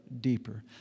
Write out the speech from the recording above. deeper